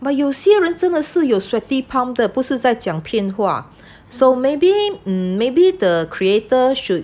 but 有些人真的是有 sweaty palms 的不是在讲骗话 mmhmm maybe maybe the creator should